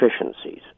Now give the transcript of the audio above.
efficiencies